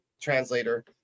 translator